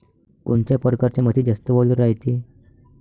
कोनच्या परकारच्या मातीत जास्त वल रायते?